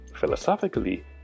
philosophically